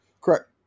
Correct